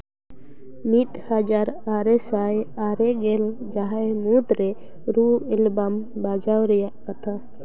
ᱢᱤᱫ ᱦᱟᱡᱟᱨ ᱟᱨᱮ ᱥᱟᱭ ᱟᱨᱮ ᱜᱮᱞ ᱡᱟᱦᱟᱸᱭ ᱢᱩᱫᱽᱨᱮ ᱨᱩ ᱮᱞᱵᱟᱢ ᱵᱟᱡᱟᱣ ᱨᱮᱭᱟᱜ ᱠᱟᱛᱷᱟ